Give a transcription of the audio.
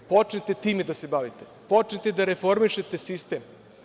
Počnite time da se bavite, počnite da reformišete sistem.